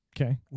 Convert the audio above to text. Okay